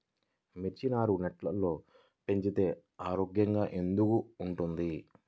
మిర్చి నారు నెట్లో పెంచితే ఆరోగ్యంగా ఎందుకు ఉంటుంది?